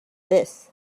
this